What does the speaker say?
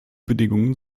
bedingungen